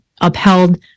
upheld